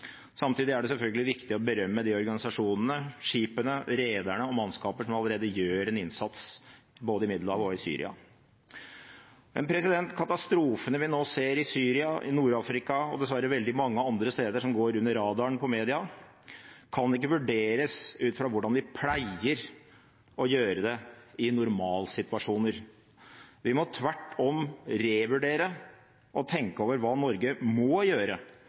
Samtidig er det selvfølgelig viktig å berømme de organisasjonene, skipene, rederne og mannskaper som allerede gjør en innsats både i Middelhavet og i Syria. Katastrofene vi nå ser i Syria, Nord-Afrika og dessverre veldig mange andre steder som går under radaren til media, kan ikke vurderes ut fra hvordan vi pleier å gjøre det i normalsituasjoner. Vi må tvert om revurdere og tenke over hva Norge må gjøre